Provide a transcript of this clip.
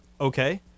okay